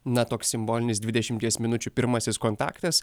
na toks simbolinis dvidešimties minučių pirmasis kontaktas